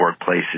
workplaces